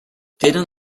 tenen